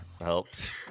helps